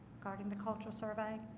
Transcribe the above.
regarding the cultural survey?